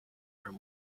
from